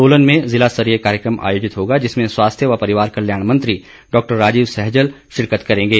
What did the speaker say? सोलन में जिला स्तरीय कार्यक्रम आयोजित होगा जिसमें स्वास्थ्य एवं परिवार कल्याण मन्त्री डॉ राजीव सहजल शिरकत करेंगे